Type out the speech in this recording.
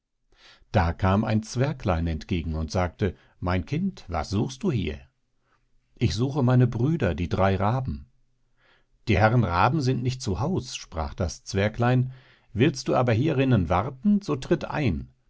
da kam ein zwerglein entgegen und sagte mein kind was suchst du hier ich suche meine brüder die drei raben die herren raben sind nicht zu haus sprach das zwerglein willst du aber hierinnen warten so tritt ein